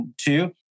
two